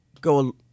Go